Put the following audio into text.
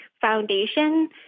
foundation